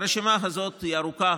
והרשימה הזאת היא ארוכה,